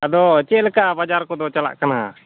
ᱟᱫᱚ ᱪᱮᱫ ᱞᱮᱠᱟ ᱵᱟᱡᱟᱨ ᱠᱚᱫᱚ ᱪᱟᱞᱟᱜ ᱠᱟᱱᱟ